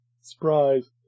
surprise